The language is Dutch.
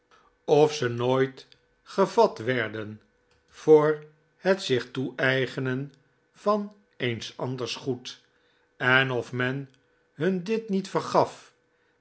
of ze nooit gevat werden voor het zich toeeigenen van eens anders goed en of men nun dit niet vergaf